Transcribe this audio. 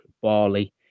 bali